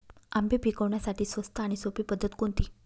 आंबे पिकवण्यासाठी स्वस्त आणि सोपी पद्धत कोणती?